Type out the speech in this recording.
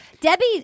Debbie